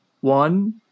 One